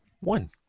one